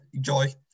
Joy